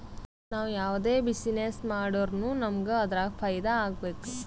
ನಾವ್ ಯಾವ್ದೇ ಬಿಸಿನ್ನೆಸ್ ಮಾಡುರ್ನು ನಮುಗ್ ಅದುರಾಗ್ ಫೈದಾ ಆಗ್ಬೇಕ